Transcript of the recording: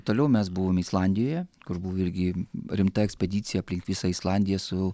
toliau mes buvom islandijoje kur buvo irgi rimta ekspedicija aplink visą islandiją su